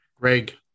Greg